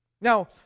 Now